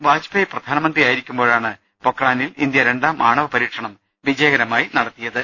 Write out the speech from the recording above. വാജ്പേയി പ്രധാനമന്ത്രിയായിരിക്കുമ്പോ ഴാണ് പൊക്രാനിൽ ഇന്ത്യ രണ്ടാം ആണവ പരീക്ഷണം വിജ യകരമായി പൂർത്തിയാക്കിയത്